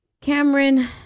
Cameron